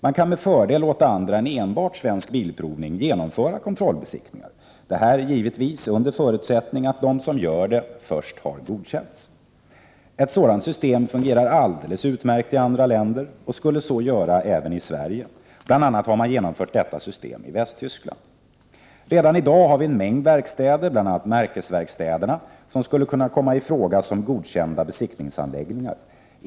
Man kan med fördel låta andra än enbart Svensk Bilprovning genomföra kontrollbesiktningar — detta givetvis under förutsättning att de som skall göra — Prot. 1988/89:118 dem först har godkänts. 22 maj 1989 Ett sådant system fungerar alldeles utmärkt i andra länder, och det skulle det göra även göra i Sverige. Detta system har bl.a. införts i Västtyskland. Redan i dag har vi en mängd verkstäder, bl.a. märkesverkstäderna, som skulle kunna komma i fråga som godkända besiktningsanläggningar.